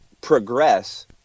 progress